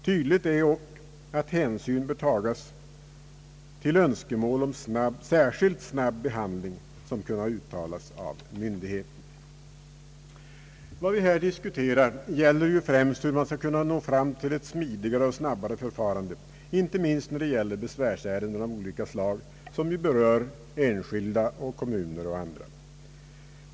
Tydligt är ock att hänsyn bör tagas till önskemål om särskilt snabb behandling, som kunnat uttalas av myndigheten.» Vad vi här diskuterar är ju främst hur man skall kunna nå fram till ett smidigare och snabbare förfarande, inte minst i fråga om besvärsärenden av olika slag som rör enskilda, kommuner och andra.